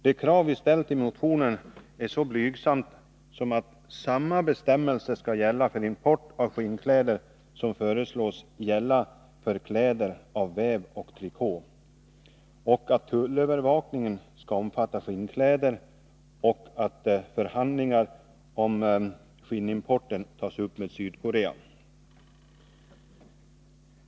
De krav vi ställt i motionen är så blygsamma som att samma bestämmelser skall gälla för import av skinnkläder som de som föreslås gälla för kläder av väv och trikå, att tullövervakningen skall omfatta skinnkläder och att förhandlingar om skinnimporten tas upp med Sydkorea.